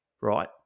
Right